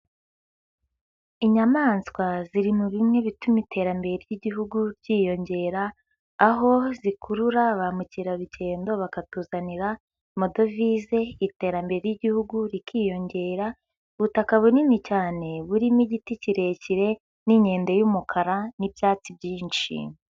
Inyamaswa ziri mu bimwe bituma iterambere ry'igihugu ryiyongera, aho zikurura ba mukerarugendo bakatuzanira amadovize iterambere ry'igihugu rikiyongera, ubutaka bunini cyane burimo igiti kirekire n'inkende y'umukara n'ibyatsi byinshi.